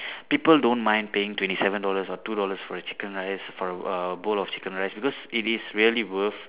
people don't mind paying twenty seven dollars or two dollars for the chicken rice for a bowl of chicken rice because it is really worth